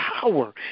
power